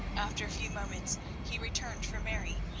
after a few moments he returned for mary,